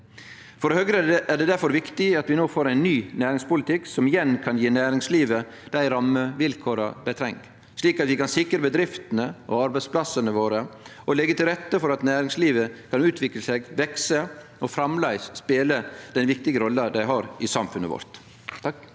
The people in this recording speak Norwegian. For Høgre er det difor viktig at vi no får ein ny næringspolitikk som igjen kan gje næringslivet dei rammevilkåra dei treng, slik at vi kan sikre bedriftene og arbeidsplassane våre og leggje til rette for at næringslivet kan utvikle seg, vekse og framleis spele den viktige rolla dei har i samfunnet vårt.